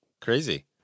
crazy